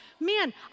man